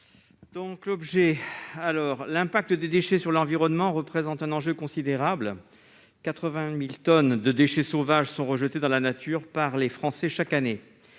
L'impact des déchets sur l'environnement représente un enjeu considérable ; 81 000 tonnes de déchets sauvages sont rejetées dans la nature, chaque année,